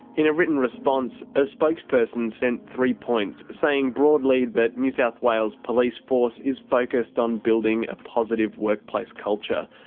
in a written response, a spokesperson sent three points saying broadly that new south wales police force is focused on building a positive workplace culture.